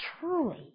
Truly